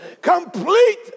complete